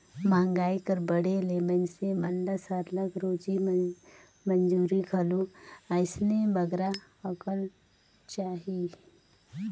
मंहगाई कर बढ़े ले मइनसे मन ल सरलग रोजी मंजूरी घलो अइसने बगरा अकन चाही